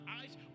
eyes